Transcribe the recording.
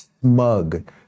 smug